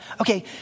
Okay